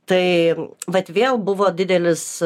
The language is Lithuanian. tai vat vėl buvo didelis